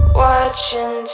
watching